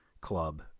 club